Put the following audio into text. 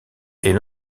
est